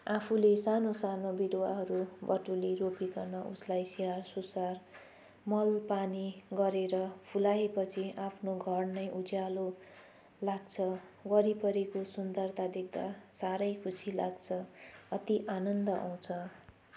आफूले सानो सानो बिरुवाहरू बटुली रोपीकन उसलाई स्याहार सुसार मल पानी गरेर फुलाए पछि आफ्नो घर नै उज्यालो लाग्छ वरिपरिको सुन्दरता देख्दा साह्रै खुसी लाग्छ अति आनन्द आउँछ